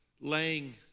laying